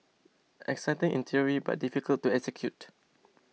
exciting in theory but difficult to execute